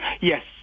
Yes